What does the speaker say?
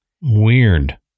Weird